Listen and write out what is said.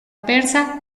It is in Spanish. persa